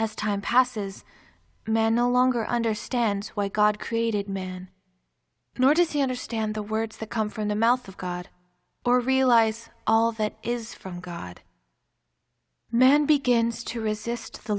as time passes men no longer understand why god created man nor does he understand the words that come from the mouth of god or realize all that is from god man begins to resist the